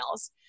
emails